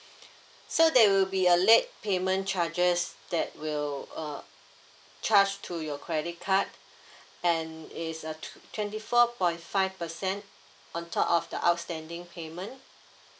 so there will be a late payment charges that will uh charged to your credit card and is uh tw~ twenty four point five percent on top of the outstanding payment